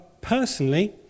personally